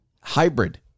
hybrid